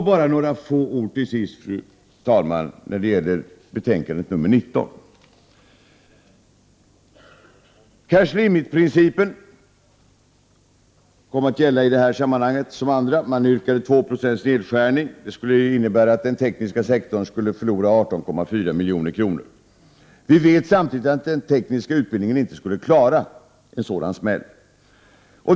Till sist, fru talman, bara några få ord om betänkandet nr 19. Cash limit-principen kom att gälla i detta sammanhang som i andra. Man yrkade 2 90 nedskärning. Det innebar att den tekniska sektorn skulle förlora 18,4 milj.kr. Vi vet samtidigt att den tekniska utbildningen inte skulle klara en sådan smäll.